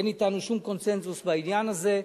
אין אתנו שום קונסנזוס בעניין הזה.